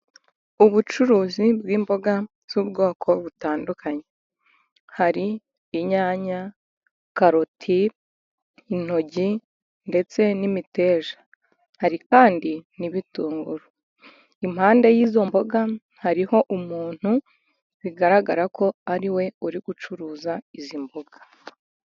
Ubucuruzi bw'imboga z'ubwoko butandukanye, hari inyanya, karoti, intoryi, ndetse n'imiteja, hari kandi n'ibitunguru. Impande y'izo mboga hariho umuntu bigaragara ko ari we uri gucuruza izi mboga.